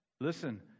listen